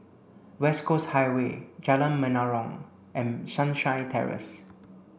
West Coast Highway Jalan Menarong and Sunshine Terrace